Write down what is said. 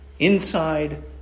Inside